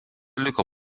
liko